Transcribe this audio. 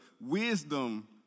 wisdom